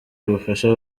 ubufasha